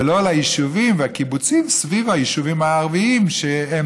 ולא ליישובים ולקיבוצים סביב היישובים הערביים שהם